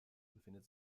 befindet